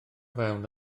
fewn